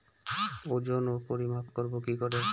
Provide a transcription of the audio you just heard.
ওজন ও পরিমাপ করব কি করে?